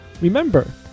remember